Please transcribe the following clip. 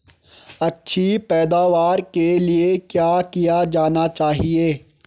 अच्छी पैदावार के लिए क्या किया जाना चाहिए?